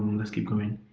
let's keep going